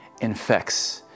infects